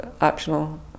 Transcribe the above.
optional